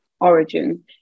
origin